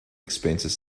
expenses